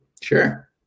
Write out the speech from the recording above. Sure